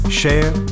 share